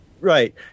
right